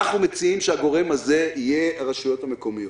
אנחנו מציעים שהגורם הזה יהיה הרשויות המקומיות.